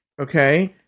okay